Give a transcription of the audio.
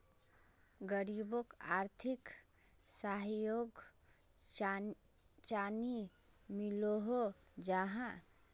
गरीबोक आर्थिक सहयोग चानी मिलोहो जाहा?